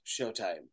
Showtime